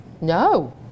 no